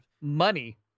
money